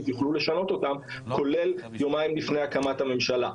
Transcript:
יוכלו לשנות אותם כולל יומיים לפני הקמת הממשלה.